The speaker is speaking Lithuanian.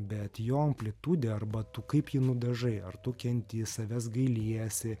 bet jo amplitudė arba tu kaip jį nudažai ar tu kenti savęs gailiesi